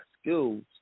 skills